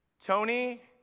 Tony